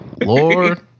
lord